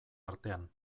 artean